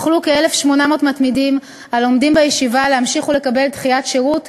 יוכלו כ-1,800 מתמידים הלומדים בישיבה להמשיך ולקבל דחיית שירות